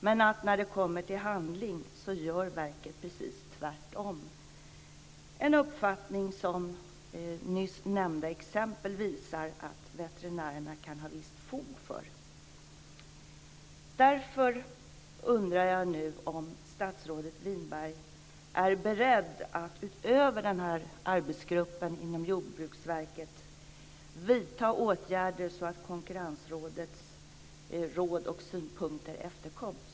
Men när det kommer till handling så gör verket precis tvärtom, en uppfattning som nyss nämnda exempel visar att veterinärerna kan ha visst fog för. Därför undrar jag nu om statsrådet Winberg är beredd att, utöver den här arbetsgruppen inom Jordbruksverket, vidta åtgärder så att Konkurrensrådets råd och synpunkter efterkoms.